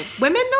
women